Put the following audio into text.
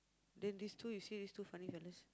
then these two you see these two funny funny